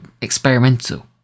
experimental